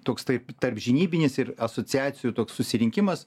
toks taip tarpžinybinis ir asociacijų toks susirinkimas